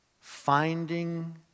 Finding